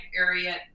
area